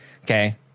Okay